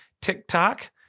TikTok